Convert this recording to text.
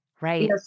Right